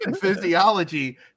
physiology